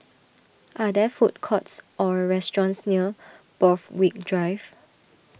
are there food courts or restaurants near Borthwick Drive